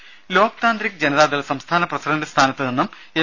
രുമ ലോക് താന്ത്രിക് ജനതാദൾ സംസ്ഥാന പ്രസിഡന്റ് സ്ഥാനത്തുനിന്നും എം